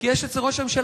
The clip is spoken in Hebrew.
כי יש אצל ראש הממשלה,